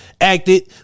acted